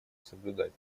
соблюдать